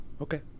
okay